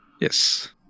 Yes